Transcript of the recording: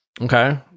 Okay